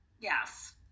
Yes